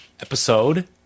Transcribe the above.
episode